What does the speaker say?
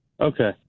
Okay